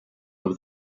over